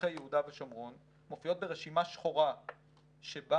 בשטחי יהודה ושומרון מופיעות ברשימה שחורה שבה